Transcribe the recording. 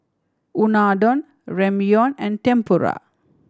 Unadon Ramyeon and Tempura